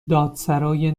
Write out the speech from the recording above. دادسرای